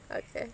okay